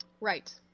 Right